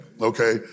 okay